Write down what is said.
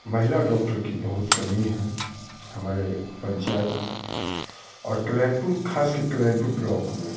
महिला डॉक्टर की बहुत कमी है हमारे पंचायत और क्लेम्पू ख़ास के कलेम्पू ब्लॉक में